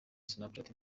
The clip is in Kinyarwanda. snapchat